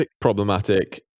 problematic